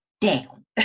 down